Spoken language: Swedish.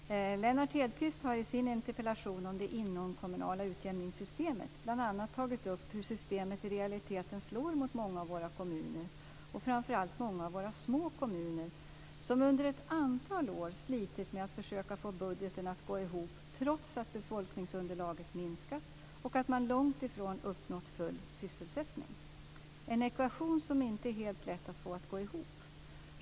Fru talman! Lennart Hedquist har i sin interpellation om det inomkommunala utjämningssystemet bl.a. tagit upp hur systemet i realiteten slår mot många av våra kommuner och framför allt många av våra små kommuner, som under ett antal år slitit med att försöka få budgeten att gå ihop, trots att befolkningsunderlaget minskat och att man långtifrån uppnått full sysselsättning. Det är en ekvation som inte är helt lätt att få att gå ihop.